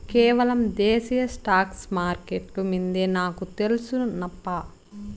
కేవలం దేశీయ స్టాక్స్ మార్కెట్లు మిందే నాకు తెల్సు నప్పా